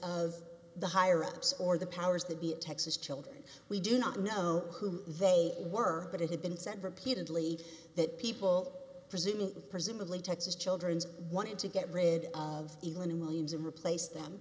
of the higher ups or the powers that be a texas children we do not know who they were but it had been said repeatedly that people presuming presumably texas children's wanted to get rid of even in millions and replace them